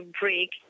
break